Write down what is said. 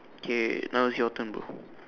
okay now is your turn bro